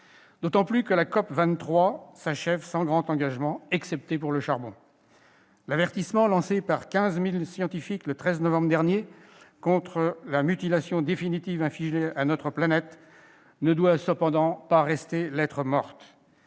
d'autant plus que la COP23 s'achève sans grand engagement, excepté pour ce qui concerne le charbon. L'avertissement lancé par 15 000 scientifiques, le 13 novembre dernier, contre la mutilation définitive infligée à notre planète ne doit pourtant pas demeurer lettre morte